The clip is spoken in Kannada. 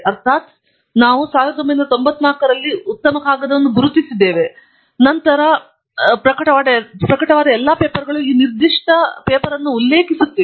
ಅರ್ಥಾತ್ ನಾವು ಹೇಳೋಣ ನಾವು 1994 ರಲ್ಲಿ ಉತ್ತಮ ಕಾಗದವನ್ನು ಗುರುತಿಸಿದ್ದೇವೆ ನಂತರ 3994 ನಂತರ ಪ್ರಕಟವಾದ ಎಲ್ಲ ಪೇಪರ್ಗಳು ಈ ನಿರ್ದಿಷ್ಟ ಪೇಪರ್ ಅನ್ನು ಉಲ್ಲೇಖಿಸುತ್ತಿವೆ